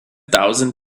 thousand